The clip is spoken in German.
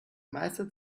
meiste